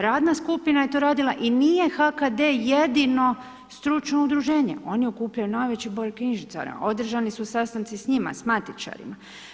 Radna skupina je to radila i nije HKD jedino stručno udruženje, oni okupljaju najveći broj knjižničara, održani su sastanci s njima, s matičarima.